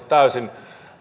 täysin